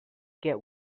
get